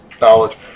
knowledge